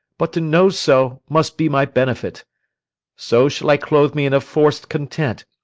but to know so must be my benefit so shall i clothe me in a forc'd content,